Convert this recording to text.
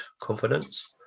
confidence